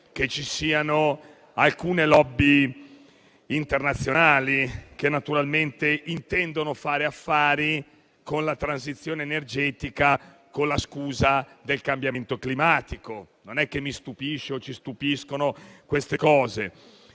che ci siano alcune *lobby* internazionali che naturalmente intendono fare affari con la transizione energetica e con la scusa del cambiamento climatico. Non è che mi stupisce o ci stupiscono queste cose.